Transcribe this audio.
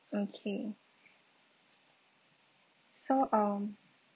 okay so um